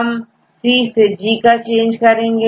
हम C सेG का चेंज देखेंगे